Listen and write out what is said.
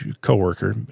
coworker